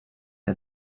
der